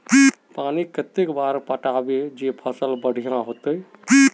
पानी कते बार पटाबे जे फसल बढ़िया होते?